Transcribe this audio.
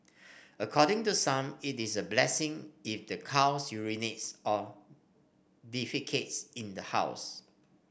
according to some it is a blessing if the cow urinates or defecates in the house